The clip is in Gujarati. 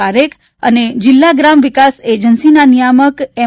પારેખ અને જિલ્લા ગ્રામ વિકાસ એજન્સીના નિયામક એમ